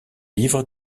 livre